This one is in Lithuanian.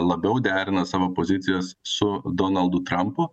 labiau derina savo pozicijas su donaldu trampu